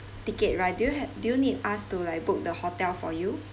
ticket right do you ha~ do you need us to like book the hotel for you